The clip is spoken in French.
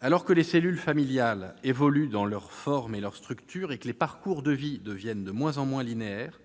Alors que les cellules familiales évoluent, dans leur forme et dans leur structure, et alors que les parcours de vie deviennent de moins en moins linéaires,